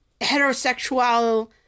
heterosexual